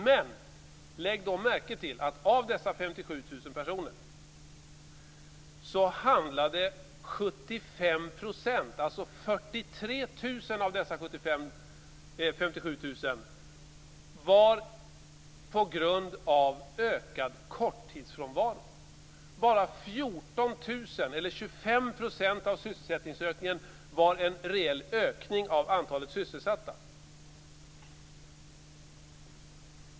Men då skall man lägga märke till att av denna ökning med 57 000 personer berodde 75 %, dvs. 43 000 av dessa 57 000, på ökad korttidsfrånvaro. Bara 14 000, eller 25 % av sysselsättningsökningen, var en reell ökning av antalet sysselsatta.